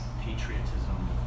patriotism